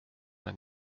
man